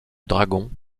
dragon